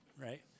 right